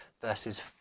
verses